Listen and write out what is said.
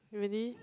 really